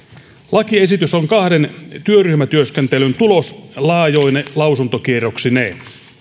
lakiesitys on kahden työryhmätyöskentelyn tulos laajoine lausuntokierroksineen